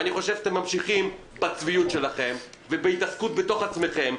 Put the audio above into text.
אני חושב שאתם ממשיכים בצביעות שלכם ובהתעסקות בתוך עצמכם,